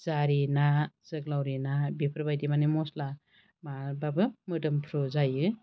जारि ना जोग्लावरि ना बेफोरबादि मानि मस्ला माबाबाबो मोदोमफ्रु जायो